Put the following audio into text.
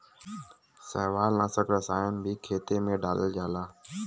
शैवालनाशक रसायन भी खेते में डालल जाला